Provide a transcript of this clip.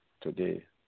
Today